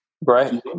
right